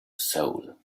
soul